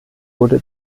wurde